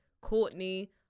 Courtney